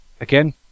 again